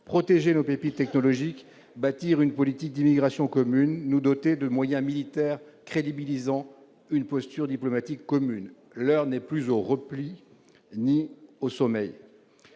protéger nos pépites technologiques, bâtir une politique d'immigration commune, nous doter de moyens militaires crédibilisant une posture diplomatique commune. L'heure n'est plus au repli ni au sommeil.